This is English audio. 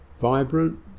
vibrant